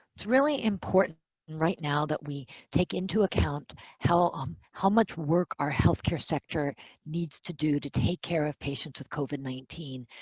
it's really important right now that we take into account how um how much work our healthcare sector needs to do to take care of patients with covid nineteen,